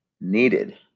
needed